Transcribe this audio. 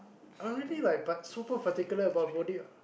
I really like but super particular about body